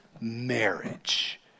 marriage